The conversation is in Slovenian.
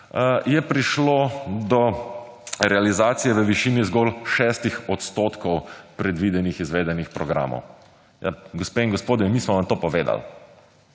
je prišlo do realizacije v višini zgolj 6 odstotkov predvidenih, izvedenih programov. Gospe in gospodje, mi smo vam to povedal,